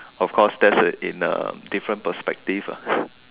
of course that's in a different perspective lah